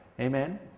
Amen